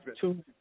two